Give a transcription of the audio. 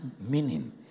meaning